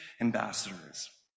ambassadors